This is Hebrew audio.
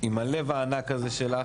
עם הלב הענק שלך,